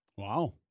Wow